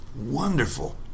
wonderful